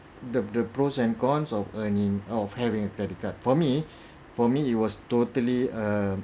the the pros and cons of earning out of having a credit card for me for me it was totally err